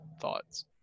thoughts